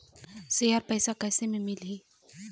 Share पैसा कैसे म मिलही?